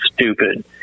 stupid